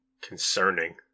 concerning